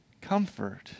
comfort